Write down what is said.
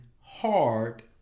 hard